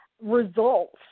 results